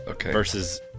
Versus